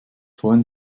freuen